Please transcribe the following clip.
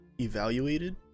evaluated